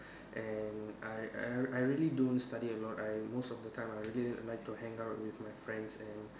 and I I I really don't study a lot I most of the time I really like to hang out with my friends and